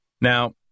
Now